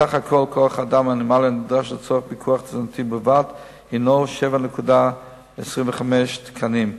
כוח האדם הנדרש לפיקוח תזונתי הוא בסך הכול 7.25 תקנים,